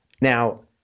Now